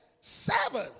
seven